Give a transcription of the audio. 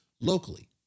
locally